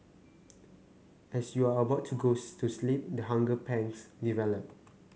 as you are about to go to sleep the hunger pangs develop